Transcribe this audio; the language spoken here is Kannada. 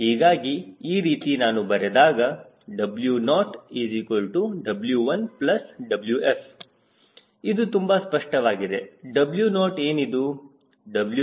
ಹೀಗಾಗಿ ಈ ರೀತಿ ನಾನು ಬರೆದಾಗ W0W1Wf ಇದು ತುಂಬಾ ಸ್ಪಷ್ಟವಾಗಿದೆ W0 ಏನಿದು